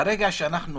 ברגע שאנחנו